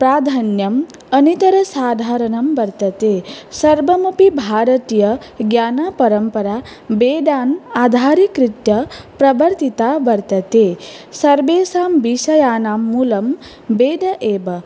प्राधान्यं अनितरसाधारणं वर्तते सर्वमपि भारतीयज्ञानपरम्परा वेदान् आधारीकृत्य प्रवर्तिता वर्तते सर्वेषां विषयाणां मूलं वेद एव